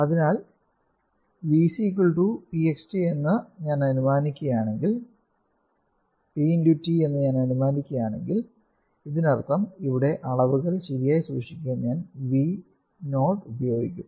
അതിനാൽ VC p x t എന്ന് ഞാൻ അനുമാനിക്കുകയാണെങ്കിൽ ഇതിനർത്ഥം ഇവിടെ അളവുകൾ ശരിയായി സൂക്ഷിക്കാൻ ഞാൻ V നോഡ് ഉപയോഗിക്കും